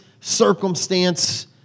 circumstance